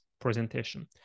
presentation